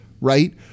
right